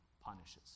punishes